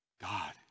God